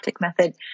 method